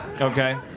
Okay